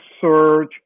search